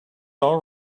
all